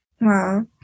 Wow